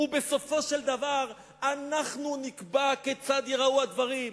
ובסופו של דבר אנחנו נקבע כיצד ייראו הדברים,